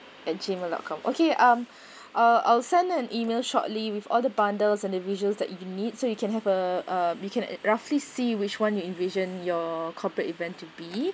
at gmail dot com okay um uh I'll send an email shortly with all the bundles individuals that you need so you can have uh uh you can roughly see which one you envision your corporate event to be